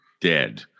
dead